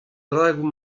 bragoù